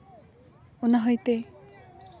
ᱚᱱᱟ ᱦᱚᱭᱛᱮ